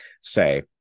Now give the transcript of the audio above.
say